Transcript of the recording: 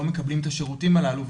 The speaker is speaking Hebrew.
לא מקבלים את השירותים הללו,